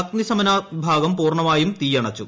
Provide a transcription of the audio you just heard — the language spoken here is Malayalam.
അഗ്നിശമനാ വിഭാഗം പൂർണ്ണമായും തീ അണച്ചു